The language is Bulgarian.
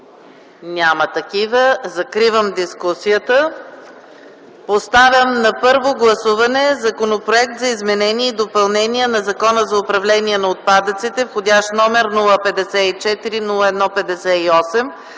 Няма такива. Закривам дискусията. Поставям на първо гласуване Законопроект за изменение и допълнение на Закона за управление на отпадъците, № 054-01-58,